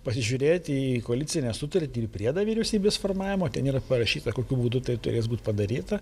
pasižiūrėti į koalicinę sutartį ir priedą vyriausybės formavimo ten yra parašyta kokiu būdu tai turės būt padaryta